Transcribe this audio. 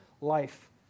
life